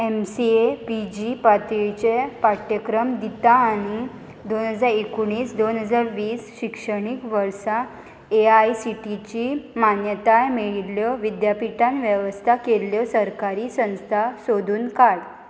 M C A P G पातळीचे पाठ्यक्रम दिता आनी दोन हजार एकोणीस दोन हजार वीस शिक्षणीक वर्सा A I C T E ची मान्यताय मेळिल्ल्यो विद्यापिठान वेवस्था केल्ल्यो सरकारी संस्था सोदून काड